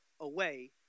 away